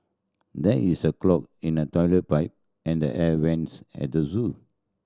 there is a clog in the toilet pipe and the air vents at the zoo